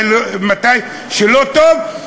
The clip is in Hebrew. מתי שלא טוב,